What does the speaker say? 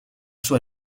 sua